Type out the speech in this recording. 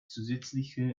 zusätzliche